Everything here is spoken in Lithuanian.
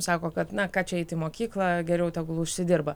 sako kad na ką čia eit į mokyklą geriau tegul užsidirba